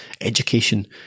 education